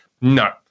no